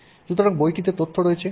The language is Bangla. সুতরাং বইটিতে তথ্য রয়েছে